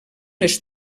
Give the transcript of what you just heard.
les